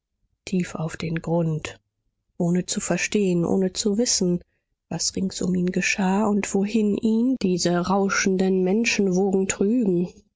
tief auf den grund ohne zu verstehen ohne zu wissen was rings um ihn geschah und wohin ihn diese rauschenden menschenwogen trügen